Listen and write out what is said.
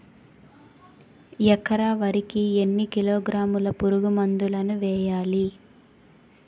ఎకర వరి కి ఎన్ని కిలోగ్రాముల పురుగు మందులను వేయాలి?